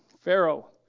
Pharaoh